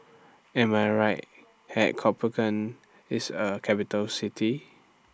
Am I Right At Copenhagen IS A Capital City